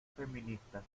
feminista